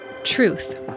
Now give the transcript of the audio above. Truth